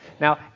Now